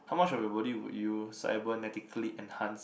how much of your body would you cybernatically enhance